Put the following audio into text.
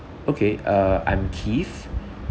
okay uh I'm keith